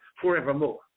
forevermore